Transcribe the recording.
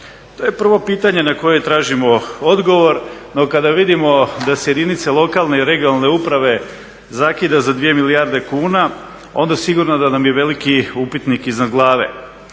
To je prvo pitanje na koje tražimo odgovor, no kada vidimo da se jedinice lokalne i regionalne uprave zakida za 2 milijarde kuna, onda sigurno da nam je veliki upitnik iznad glave.